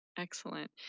Excellent